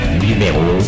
numéro